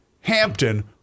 Hampton